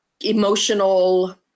emotional